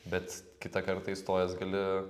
bet kitą kartą įstojęs gali